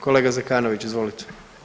Kolega Zekanović, izvolite.